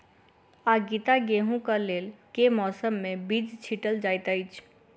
आगिता गेंहूँ कऽ लेल केँ मौसम मे बीज छिटल जाइत अछि?